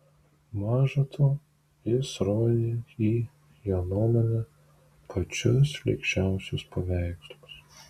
maža to jis rodė į jo nuomone pačius šlykščiausius paveikslus